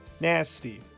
nasty